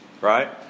Right